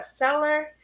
bestseller